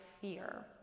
fear